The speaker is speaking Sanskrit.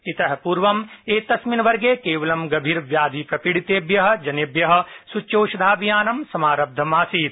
इतः पूर्वं एतस्मिन वर्गे केवलं गभीरव्याधिप्रपीडितेभ्य जनेभ्य सच्यौषधाभियानं समारब्धं आसीत्